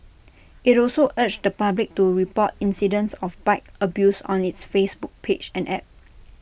IT also urged the public to report incidents of bike abuse on its Facebook page and app